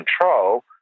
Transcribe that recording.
control